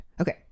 Okay